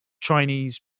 Chinese